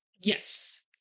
Yes